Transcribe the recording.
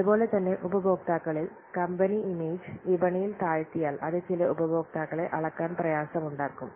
അതുപോലെ തന്നെ ഉപഭോക്താക്കളിൽ കമ്പനി ഇമേജ് വിപണിയിൽ താഴ്ത്തിയാൽ അത് ചില ഉപഭോക്താക്കളെ അളക്കാൻ പ്രയാസമുണ്ടാക്കും